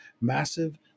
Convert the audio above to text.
massive